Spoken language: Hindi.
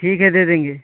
ठीक है दे देंगे